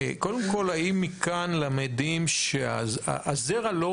קודם כל, האם מכאן למדים שהזרע לא,